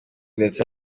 ndetse